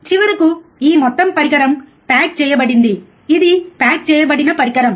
చివరకు ఈ మొత్తం పరికరం ప్యాక్ చేయబడింది ఇది ప్యాక్ చేయబడిన పరికరం